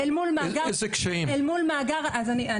אל מול מאגר, אז אני.